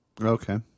Okay